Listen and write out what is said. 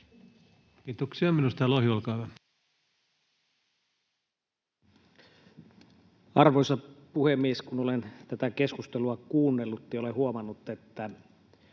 Kiitoksia. — Edustaja Lohi, olkaa hyvä. Arvoisa puhemies! Kun olen tätä keskustelua kuunnellut, olen huomannut, että